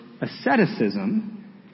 asceticism